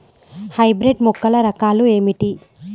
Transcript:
Hybrid మొక్కల రకాలు ఏమిటి?